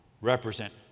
represent